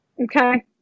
Okay